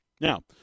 Now